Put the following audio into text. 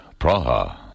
Praha